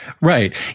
Right